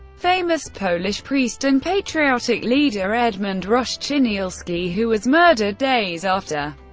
famous polish priest and patriotic leader edmund roszczynialski, who was murdered days after,